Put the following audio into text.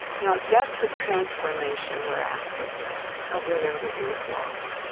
now, that's the transformation we're after with ambiguous loss,